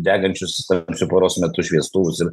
degančius tamsiu paros metu šviestuvus ir